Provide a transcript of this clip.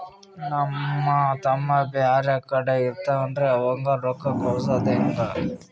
ನಮ್ ತಮ್ಮ ಬ್ಯಾರೆ ಕಡೆ ಇರತಾವೇನ್ರಿ ಅವಂಗ ರೋಕ್ಕ ಕಳಸದ ಹೆಂಗ?